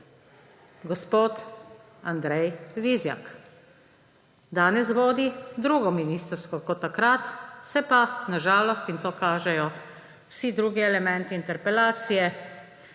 gospod Andrej Vizjak. Danes vodi drugo ministrstvo kot takrat, se pa na žalost, in to kažejo vsi drugi elementi interpelacije,